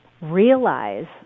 realize